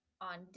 on